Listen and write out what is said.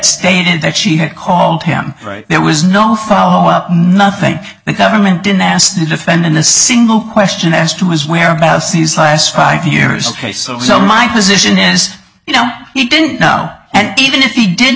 stated that she had called him right there was no follow up nothing the government didn't ask the defendant a single question as to his whereabouts these last five years ok so so my position is now he didn't know and even if he didn't